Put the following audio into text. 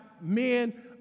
men